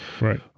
right